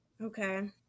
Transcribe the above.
Okay